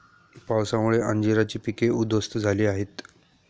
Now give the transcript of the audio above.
पावसामुळे अंजीराची पिके उध्वस्त झाली आहेत